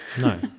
No